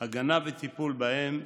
הגנה עליהם וטיפול בהם,